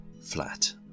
flat